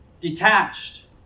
detached